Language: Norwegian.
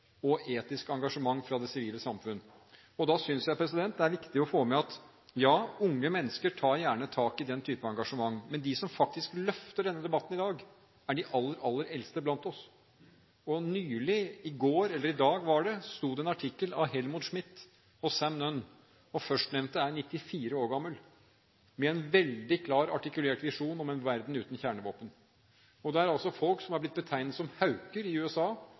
og etisk engasjement fra det sivile samfunn. Da synes jeg det er viktig å få med at unge mennesker tar gjerne tak i den type engasjement, men de som faktisk løfter denne debatten i dag, er de aller, aller eldste blant oss. Nylig sto det en artikkel av Helmut Schmidt og Sam Nunn – og førstnevnte er 94 år gammel – med en veldig klar artikulert visjon om en verden uten kjernevåpen. Folk som er blitt betegnet som hauker i USA,